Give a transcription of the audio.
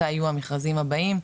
מתי יהיו המכרזים הבאים,